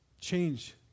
change